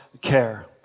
care